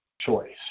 choice